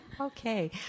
Okay